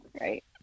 right